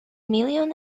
million